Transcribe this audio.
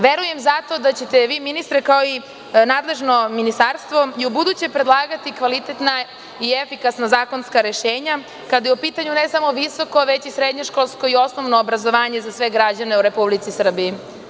Verujem zato da ćete vi, ministre, kao i nadležno ministarstvo, i ubuduće predlagati kvalitetna i efikasna zakonska rešenja kada je u pitanju ne samo visoko, već i srednjoškolsko i osnovno obrazovanje za sve građane u Republici Srbiji.